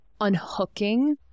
unhooking